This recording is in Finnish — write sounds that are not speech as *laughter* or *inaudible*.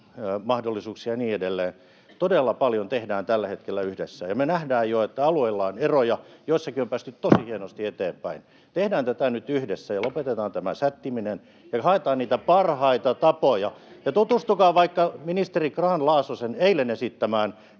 etälääkärimahdollisuuksia ja niin edelleen. Todella paljon tehdään tällä hetkellä yhdessä. Ja me nähdään jo, että alueilla on eroja. Joillakin niistä on päästy tosi hienosti eteenpäin. *noise* Tehdään tätä nyt yhdessä ja lopetetaan tämä sättiminen ja haetaan niitä parhaita tapoja. *noise* Tutustukaa vaikka ministeri Grahn-Laasosen eilen esittämään